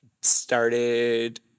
started